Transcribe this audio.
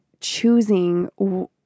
choosing